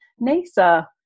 Nasa